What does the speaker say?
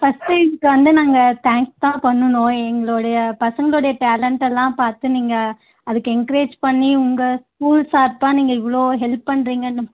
first இதுக்கு வந்து நாங்கள் தேங்க்ஸ் தான் பண்ணணும் எங்களுடைய பசங்களுடைய டேலண்ட்டெல்லாம் பார்த்து நீங்கள் அதுக்கு என்க்ரேஜ் பண்ணி உங்கள் ஸ்கூல் சார்பாக நீங்கள் இவ்வளோ ஹெல்ப் பண்ணுறீங்கன்னு